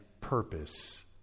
purpose